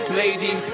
lady